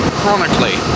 chronically